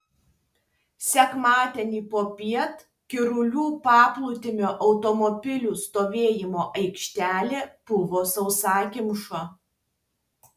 sekmadienį popiet girulių paplūdimio automobilių stovėjimo aikštelė buvo sausakimša